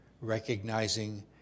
recognizing